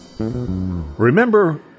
Remember